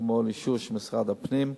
כמו אישור של משרד הפנים,